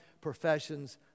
professions